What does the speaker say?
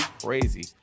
Crazy